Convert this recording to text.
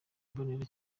mbonera